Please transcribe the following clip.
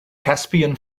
caspian